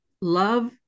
love